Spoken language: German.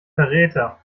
verräter